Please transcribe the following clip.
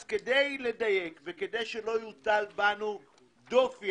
אז כדי לדייק וכדי שלא יוטל בנו דופי,